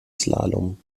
slalom